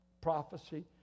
prophecy